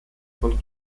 von